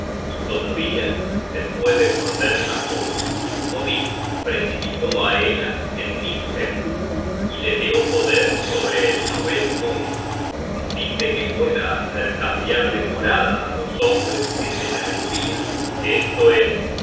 y todavía se puede morder la cola odin precipitó á hela en niflhem y la dió poder sobre el noveno mundo á fin de que pueda hacer cambiar de morada á los hombres que se la envian esto es